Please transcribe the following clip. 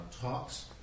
talks